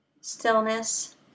Stillness